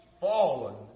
fallen